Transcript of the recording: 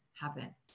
happen